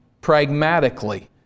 pragmatically